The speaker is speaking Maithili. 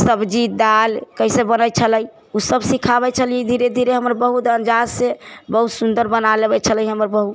सब्जी दाल कइसे बनै छलै ओसब सिखाबै छलिए धीरे धीरे हमर बहू अन्दाजसँ बहुत सुन्दर बना लेबै छलै हमर बहू